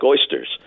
oysters—